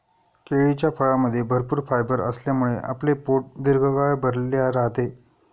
केळीच्या फळामध्ये भरपूर फायबर असल्यामुळे आपले पोट दीर्घकाळ भरलेले राहते